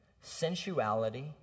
sensuality